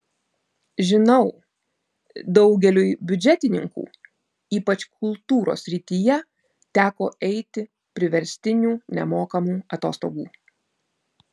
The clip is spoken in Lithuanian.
žinau daugeliui biudžetininkų ypač kultūros srityje teko eiti priverstinių nemokamų atostogų